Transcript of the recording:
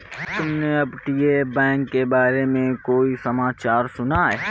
तुमने अपतटीय बैंक के बारे में कोई समाचार सुना है?